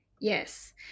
Yes